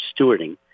stewarding